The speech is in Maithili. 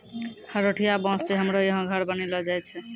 हरोठिया बाँस से हमरो यहा घर बनैलो जाय छै